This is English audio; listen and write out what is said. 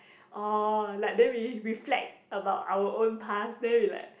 orh like then we we reflect about our own past then we like